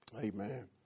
Amen